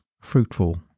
fruitful